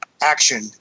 action